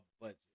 budget